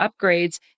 upgrades